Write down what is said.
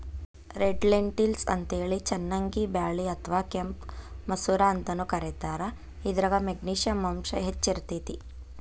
red lentils ಅಂತೇಳಿ ಚನ್ನಂಗಿ ಬ್ಯಾಳಿ ಅತ್ವಾ ಕೆಂಪ್ ಮಸೂರ ಅಂತಾನೂ ಕರೇತಾರ, ಇದ್ರಾಗ ಮೆಗ್ನಿಶಿಯಂ ಅಂಶ ಹೆಚ್ಚ್ ಇರ್ತೇತಿ